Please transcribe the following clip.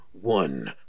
one